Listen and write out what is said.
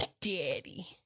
Daddy